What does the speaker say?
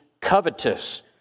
covetous